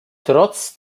trotz